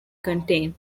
contain